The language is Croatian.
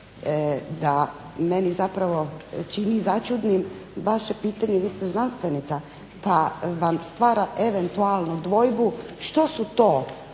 da meni zapravo čini začudnim vaše pitanje, vi ste znanstvenica pa vam stvara eventualno dvojbu što su to